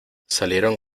salieron